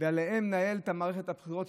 ועליהן לנהל את מערכת הבחירות,